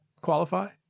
qualify